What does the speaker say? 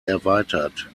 erweitert